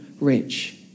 rich